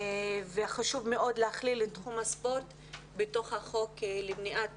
וחשוב מאוד לכליל את תחום הספורט בתוך החוק למניעת